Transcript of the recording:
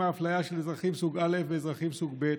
האפליה של אזרחים סוג א' ואזרחים סוג ב'.